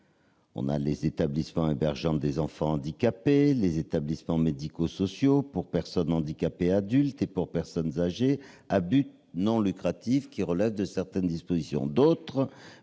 les établissements hébergeant des enfants handicapés, les établissements médico-sociaux pour personnes handicapées adultes et pour personnes âgées, à but non lucratif, les centres d'hébergement